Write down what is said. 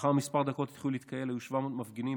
לאחר כמה דקות החלו להתקהל מעל 700 מפגינים,